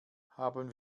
haben